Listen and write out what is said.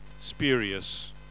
spurious